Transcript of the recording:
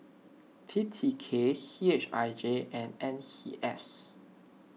T T K C H I J and N C S